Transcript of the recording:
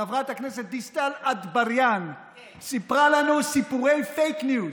חברת הכנסת דיסטל אטבריאן סיפרה לנו סיפורי פייק ניוז.